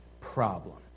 problem